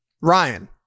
Ryan